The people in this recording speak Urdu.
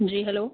جی ہلو